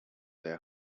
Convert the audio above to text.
their